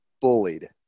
bullied